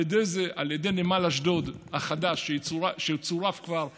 נמל אשדוד החדש, שצורף כבר לאשדוד,